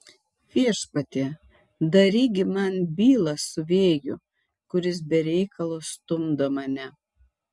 viešpatie daryk gi man bylą su vėju kuris be reikalo stumdo mane